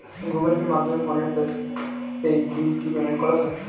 Google পের মাধ্যমে ফোনের পোষ্টপেইড বিল কি পেমেন্ট করা যায়?